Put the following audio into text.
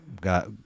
got